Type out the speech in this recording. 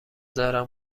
دارم